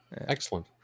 Excellent